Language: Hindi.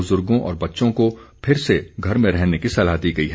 बुजुर्गो और बच्चों को फिर से घर में रहने की सलाह दी गई है